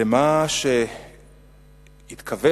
למה שהתכוון,